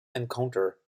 encounter